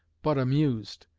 but amused,